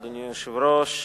אדוני היושב-ראש,